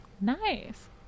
Nice